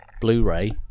Blu-ray